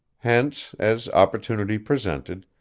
hence, as opportunity presented,